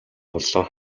болно